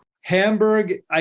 Hamburg